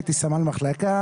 הייתי סמל מחלקה,